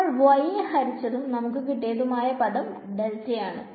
നമ്മൾ y യെ ഹരിച്ചതും നമുക്ക് കിട്ടിയതുമായ പദം ഡെൽറ്റ ആണ്